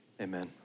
Amen